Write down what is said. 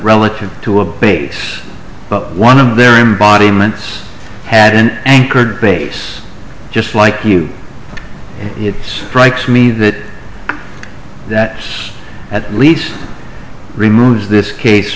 relative to a base but one of their embodiments had and anchored base just like you it strikes me that that is at least removes this case